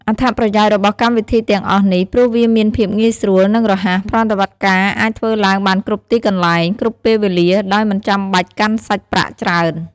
អត្ថប្រយោជន៍របស់វកម្មវិធីទាំងអស់នេះ ព្រោះវាមានភាពងាយស្រួល និងរហ័ស ប្រតិបត្តិការអាចធ្វើឡើងបានគ្រប់ទីកន្លែង គ្រប់ពេលវេលា ដោយមិនចាំបាច់កាន់សាច់ប្រាក់ច្រើន។